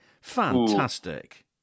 fantastic